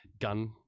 gun